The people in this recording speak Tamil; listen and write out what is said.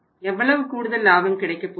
எவ்வளவு கூடுதல் லாபம் கிடைக்கப்போகிறது